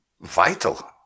vital